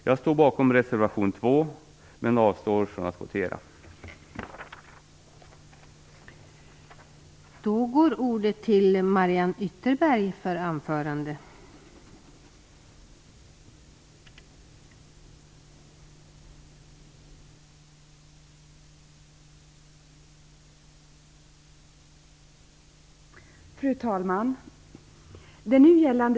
Jag står bakom reservation 2, men avstår från att begära votering.